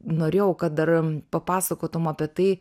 norėjau kad dar papasakotum apie tai